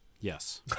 Yes